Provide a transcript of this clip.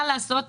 מה לעשות,